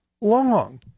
long